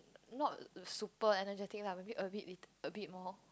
not super energetic lah maybe a bit little a bit more